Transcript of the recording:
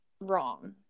wrong